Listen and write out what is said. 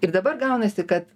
ir dabar gaunasi kad